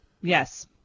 Yes